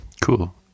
Cool